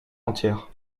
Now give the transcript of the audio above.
entière